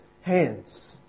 hands